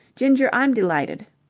ginger. i'm delighted.